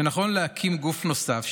שנכון להקים גוף נוסף,